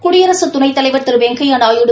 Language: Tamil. குடியரசு துணைத்தலைவர் திரு வெங்கையா நாயுடு